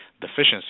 deficiency